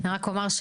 אני רק אומר,